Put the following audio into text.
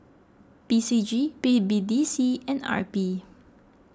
P C G B B D C and R P